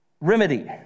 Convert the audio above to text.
remedy